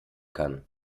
kann